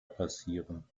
passieren